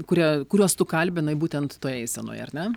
kurie kuriuos tu kalbinai būtent toje eisenoje ar ne